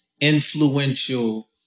influential